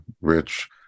rich